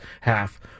half